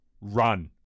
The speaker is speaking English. run